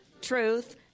truth